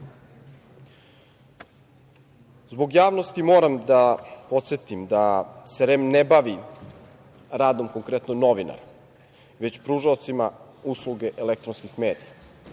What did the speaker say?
javnosti, moram da podsetim da se REM ne bavi radom konkretno novinara, već pružaocima usluge elektronskih medija